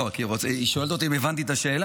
לא, כי היא שואלת אותי אם הבנתי את השאלה.